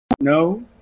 no